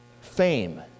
fame